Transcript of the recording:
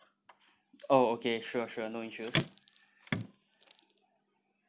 oh okay sure sure no issues